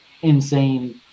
insane